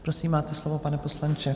Prosím, máte slovo, pane poslanče.